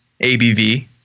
ABV